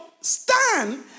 stand